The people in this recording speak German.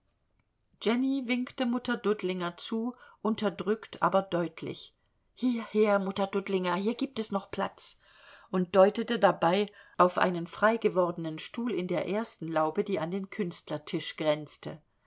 jenny winkte mutter dudlinger zu unterdrückt aber deutlich hierher mutter dudlinger hier gibt es noch platz und deutete dabei auf einen freigewordenen stuhl in der ersten laube die an den künstlertisch grenzte